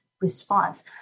response